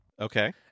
okay